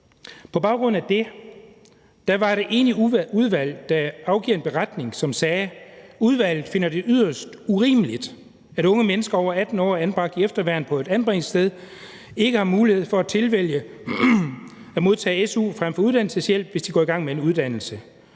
På baggrund af det var der et enigt udvalg, der afgav en beretning, som sagde: »Udvalget finder det yderst urimeligt, at unge mennesker over 18 år anbragt i efterværn på et anbringelsessted ikke har mulighed for at tilvælge at modtage SU frem for uddannelseshjælp, hvis de går i gang med en uddannelse.«